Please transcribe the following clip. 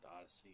Odyssey